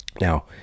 now